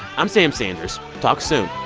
i'm sam sanders talk soon.